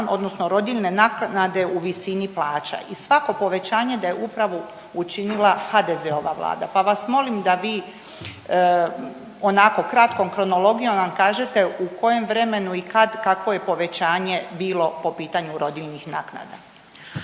odnosno rodiljne naknade u visini plaća i svako povećanje da je upravo učinila HDZ-ova vlada, pa vas molim da vi onako kratkom kronologijom nam kažete u kojem vremenu i kad, kakvo je povećanje bilo po pitanju rodiljnih naknada.